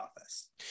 office